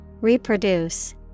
Reproduce